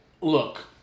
look